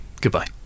Goodbye